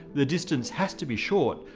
the distance has to be short.